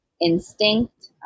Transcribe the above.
instinct